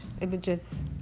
images